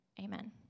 Amen